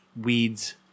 Weeds